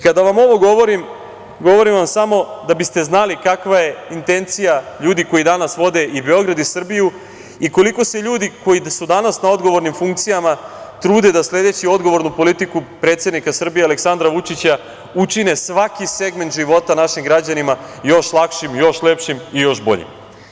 Kada vam ovo govorim, govorim vam samo da biste znali kakva je intencija ljudi koji danas vode i Beograd i Srbiju i koliko se ljudi koji su danas na odgovornim funkcijama trude da, sledeći odgovornu politiku predsednika Srbije Aleksandra Vučića, učine svaki segment života našim građanima još lakšim, još lepšim i još boljim.